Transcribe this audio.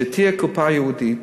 שתהיה קופה ייעודית,